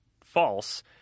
false